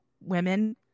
women